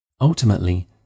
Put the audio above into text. Ultimately